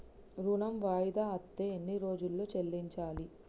ఋణం వాయిదా అత్తే ఎన్ని రోజుల్లో చెల్లించాలి?